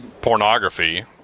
pornography